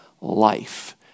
life